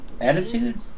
Attitude